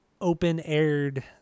open-aired